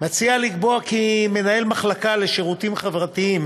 מציעות לקבוע, כי מנהל מחלקה לשירותים חברתיים